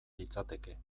litzateke